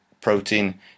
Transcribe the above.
protein